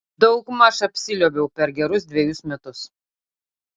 daugmaž apsiliuobiau per gerus dvejus metus